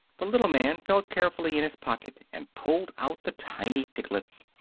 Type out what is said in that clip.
the little man felt carefully in his pocket and pulled out the tiny piglets,